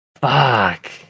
Fuck